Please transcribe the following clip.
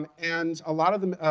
and and a lot of them,